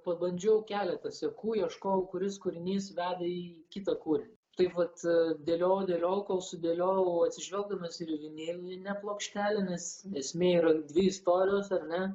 pabandžiau keletą sekų ieškojau kuris kūrinys veda į kitą kūrinį tai vat dėliojau dėliojau kol sudėliojau atsižvelgdamas ir į vinilinę plokštelę nes esmė yra dvi istorijos ar ne